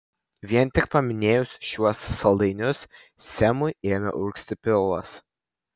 vien tik paminėjus šiuos saldainius semui ėmė urgzti pilvas